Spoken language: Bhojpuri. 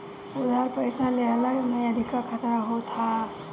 उधार पईसा लेहला में अधिका खतरा होत हअ